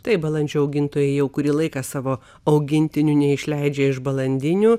taip balandžių augintojai jau kurį laiką savo augintinių neišleidžia iš balandinių